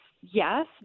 yes